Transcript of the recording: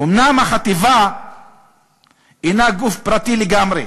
"אומנם, החטיבה אינה גוף פרטי לגמרי,